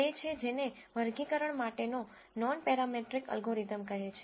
તે છે જેને વર્ગીકરણ માટેનો નોનપેરામેટ્રિક એલ્ગોરિધમ કહે છે